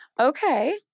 Okay